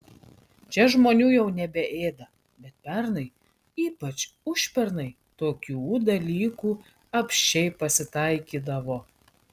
čia žmonių jau nebeėda bet pernai ypač užpernai tokių dalykų apsčiai pasitaikydavo